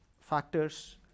factors